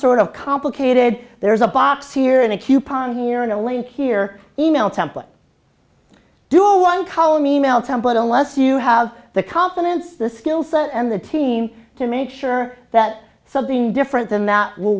sort of complicated there's a box here and a coupon here and a link here email template do one column e mail template unless you have the confidence the skill set and the team to make sure that something different than that will